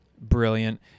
Brilliant